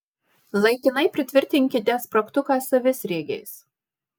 laikinai pritvirtinkite spragtuką savisriegiais